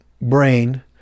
brain